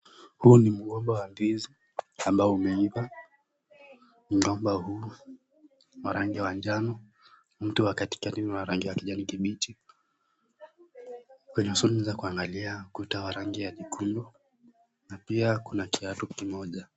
Huu ni mgomba wa ndizi ambao umeiva. Mgomba huu ni wa rangi wa njano, mto wa katikati una rangi ya kijani kibichi kwenye usoni, unaweza kuangalia kuta wa rangi ya jekundu na pia kuna kiatu kimoja.